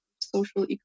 social